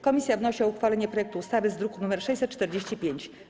Komisja wnosi o uchwalenie projektu ustawy z druku nr 645.